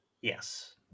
Yes